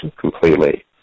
completely